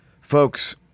Folks